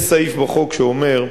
יש סעיף בחוק שאומר: